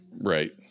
Right